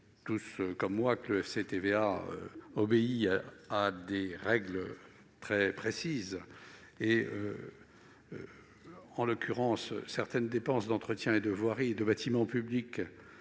au FCTVA. Ce fonds obéit à des règles très précises. En l'occurrence, certaines dépenses d'entretien de voirie et de bâtiments publics